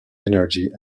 energy